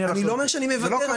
זה לא כזה פשוט,